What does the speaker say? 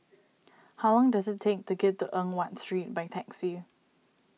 how long does it take to get to Eng Watt Street by taxi